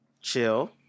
chill